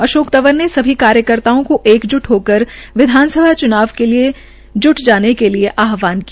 अशोक तंवर ने सभी कार्यकर्ताओं को एकजुट होकर विधानसभा चुनाव के लिए जुट जाने के लिए आहवान किया